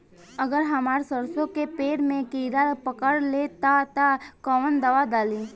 अगर हमार सरसो के पेड़ में किड़ा पकड़ ले ता तऽ कवन दावा डालि?